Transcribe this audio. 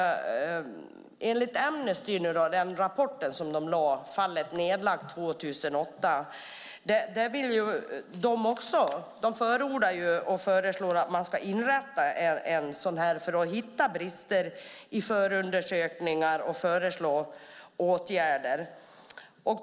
I Amnestys rapport Fallet nedlagt 2008 förordar de att man ska inrätta en sådan för att hitta brister i förundersökningar och föreslå åtgärder.